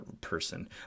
person